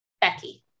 Becky